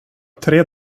tre